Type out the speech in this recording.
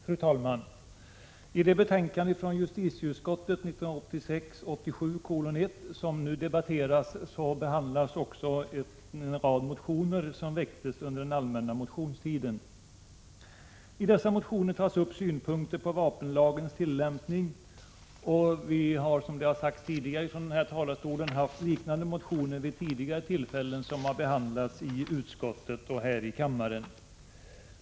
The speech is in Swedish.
Fru talman! I justitieutskottets betänkande 1986/87:1, som nu debatteras, behandlas en rad motioner som väcktes under den allmänna motionstiden. I dessa motioner tas upp synpunkter på vapenlagens tillämpning, och som det redan har sagts från den här talarstolen har liknande motioner vid tidigare tillfällen behandlats i utskottet och här i kammaren.